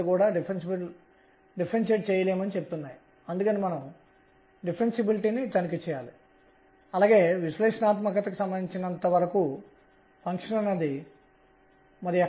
గత ప్రక్రియ నుండి గుర్తు చేసుకుందాం అనేది xsinϕycos తప్ప మరొకటి కాదు